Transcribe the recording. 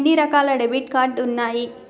ఎన్ని రకాల debit card ఉన్నాయి?